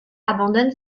abandonne